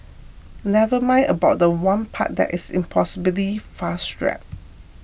never mind about the one part that is impossibly fast rap